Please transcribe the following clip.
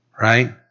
right